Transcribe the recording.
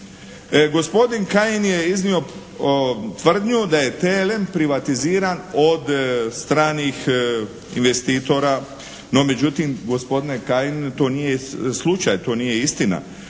Gospodin Kajin je iznio tvrdnju da je TLM privatiziran od stranih investitora, no međutim gospodine Kajin to nije slučaj, to nije istina.